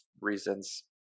reasons